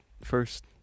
first